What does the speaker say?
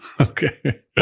Okay